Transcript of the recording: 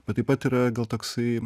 bet taip pat yra gal toksai